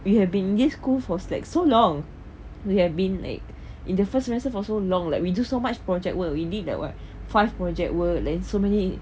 we have been this school for like so long we have been like in the first semester for so long like we do so much project we did like what five project work and so many